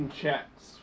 checks